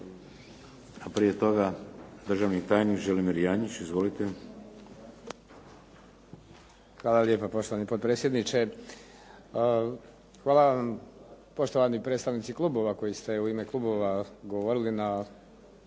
A prije toga državni tajnik Želimir Janjić. Izvolite. **Janjić, Želimir (HSLS)** Hvala lijepa poštovani potpredsjedniče. Hvala vam poštovani predstavnici klubova koji ste u ime klubova govorili na